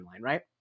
right